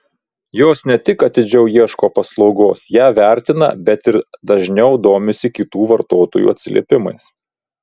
jos ne tik atidžiau ieško paslaugos ją vertina bet ir dažniau domisi kitų vartotojų atsiliepimais